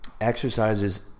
exercises